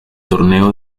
torneo